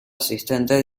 asistente